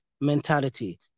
mentality